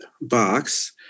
box